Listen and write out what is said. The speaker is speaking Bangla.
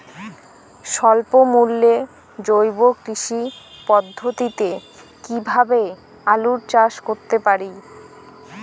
স্বল্প মূল্যে জৈব কৃষি পদ্ধতিতে কীভাবে আলুর চাষ করতে পারি?